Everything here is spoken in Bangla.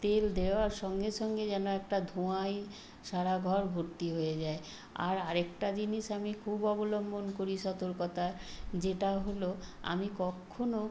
তেল দেওয়ার সঙ্গে সঙ্গে যেন একটা ধোঁয়ায় সারা ঘর ভর্তি হয়ে যায় আর আরেকটা জিনিস আমি খুব অবলম্বন করি সতর্কতা যেটা হলো আমি কক্ষণও